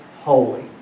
holy